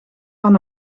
van